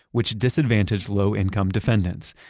which disadvantaged low-income defendants.